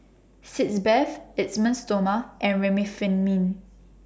Sitz Bath Esteem Stoma and Remifemin